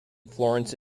florence